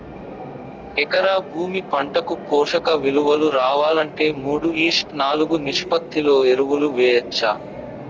ఎకరా భూమి పంటకు పోషక విలువలు రావాలంటే మూడు ఈష్ట్ నాలుగు నిష్పత్తిలో ఎరువులు వేయచ్చా?